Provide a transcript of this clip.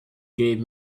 gave